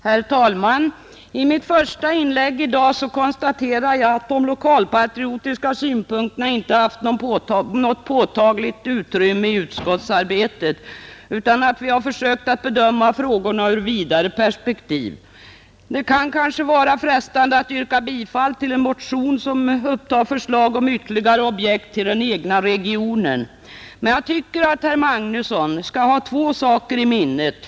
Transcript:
Herr talman! I mitt första inlägg i dag konstaterade jag att de lokalpatriotiska synpunkterna inte hade fått något påtagligt utrymme i utskottsarbetet, utan vi har försökt att bedöma frågorna ur ett vidare perspektiv. Det kan kanske vara frestande att yrka bifall till en motion, som upptar förslag om ytterligare objekt till den egna regionen, men jag tycker att herr Magnusson i Borås skall ha två saker i minnet.